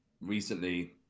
recently